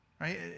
right